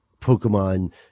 Pokemon